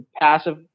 passive